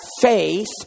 faith